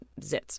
zits